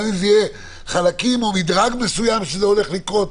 גם אם זה יהיה חלקים או מדרג מסוים שהולך לקרות.